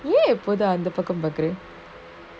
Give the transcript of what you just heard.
ஏன்எப்போதும்அந்தபக்கம்பாக்குற:yen epodhum andha pakkam pakura